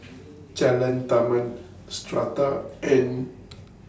Jalan Taman Strata and